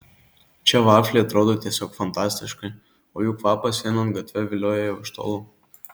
čia vafliai atrodo tiesiog fantastiškai o jų kvapas einant gatve vilioja jau iš tolo